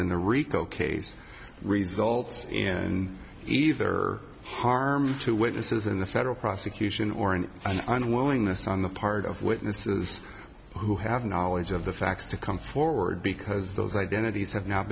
the rico case results in either harm to witnesses in the federal prosecution or an unwillingness on the part of witnesses who have knowledge of the facts to come forward because those identities have not